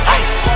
ice